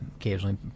occasionally